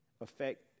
affect